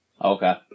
Okay